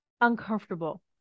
uncomfortable